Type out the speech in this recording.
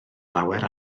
lawer